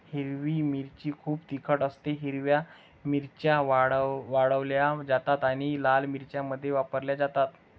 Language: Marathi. हिरवी मिरची खूप तिखट असतेः हिरव्या मिरच्या वाळवल्या जातात आणि लाल मिरच्यांमध्ये वापरल्या जातात